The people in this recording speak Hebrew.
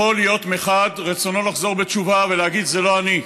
יכול להיות מרצונו לחזור בתשובה ולהגיד: זה לא אני,